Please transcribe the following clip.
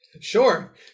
Sure